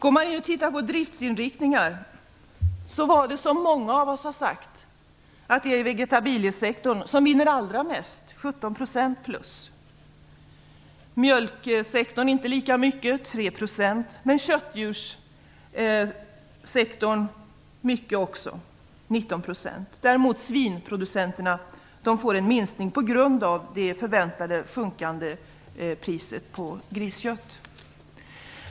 Om man tittar på driftsinriktningar ser man att det blir som många av oss har sagt att det skulle bli: Mjölksektorn vinner inte lika mycket - 3 %. Köttdjurssektorn vinner också mycket - 19 %. Svinproducenterna får däremot en minskning på grund av att priset på griskött förväntas sjunka.